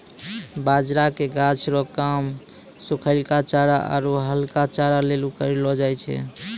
बाजरा के गाछ रो काम सुखलहा चारा आरु हरका चारा लेली करलौ जाय छै